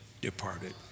departed